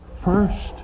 first